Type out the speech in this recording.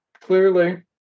clearly